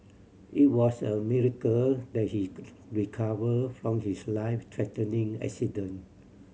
it was a miracle that he recovered from his life threatening accident